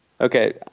okay